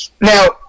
Now